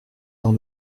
dans